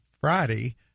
Friday